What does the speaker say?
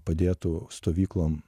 padėtų stovyklom